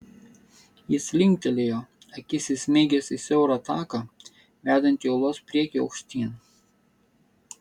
jis linktelėjo akis įsmeigęs į siaurą taką vedantį uolos priekiu aukštyn